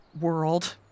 world